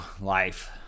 life